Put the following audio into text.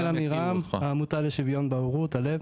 דניאל עמירם, העמותה לשוויון בהורות ה.ל.ב.